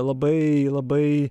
labai labai